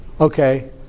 okay